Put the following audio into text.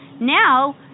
Now